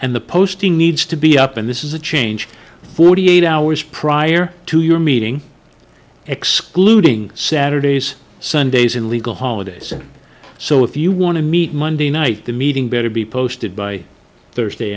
and the posting needs to be up and this is a change forty eight hours prior to your meeting excluding saturdays sundays and legal holidays so if you want to meet monday night the meeting better be posted by thursday